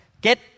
Get